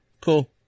Cool